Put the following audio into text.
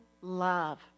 love